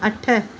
अठ